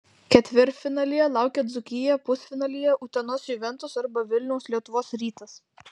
ketvirtfinalyje laukia dzūkija pusfinalyje utenos juventus arba vilniaus lietuvos rytas